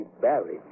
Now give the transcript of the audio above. buried